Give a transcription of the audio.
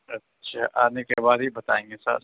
اچھا آنے کے بعد ہی بتائیں گے سر